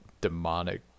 demonic